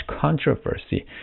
controversy